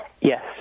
Yes